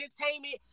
Entertainment